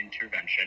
intervention